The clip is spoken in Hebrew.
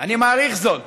אני מעריך זאת.